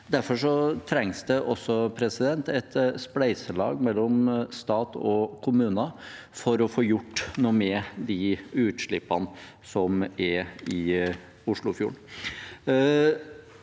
Derfor trengs det et spleiselag mellom stat og kommuner for å få gjort noe med utslippene i Oslofjorden.